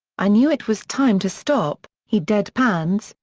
i knew it was time to stop, he deadpans,